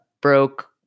broke